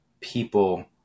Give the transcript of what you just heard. people